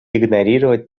игнорировать